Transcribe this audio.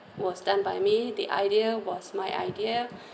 was done by me the idea was my idea